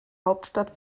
hauptstadt